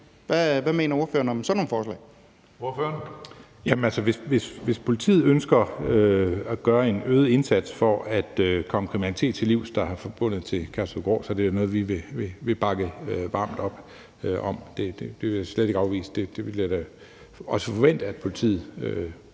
Hønge): Ordføreren. Kl. 13:57 Mads Fuglede (V): Hvis politiet ønsker at gøre en øget indsats for at komme kriminalitet, der er forbundet med Kærshovedgård, til livs, så er det jo noget, vi vil bakke varmt op om. Det vil jeg slet ikke afvise, og det vil jeg da også forvente at politiet